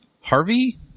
Harvey